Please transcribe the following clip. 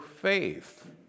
faith